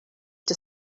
des